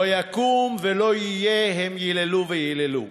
לא יקום ולא יהיה, הם ייללו וייללו.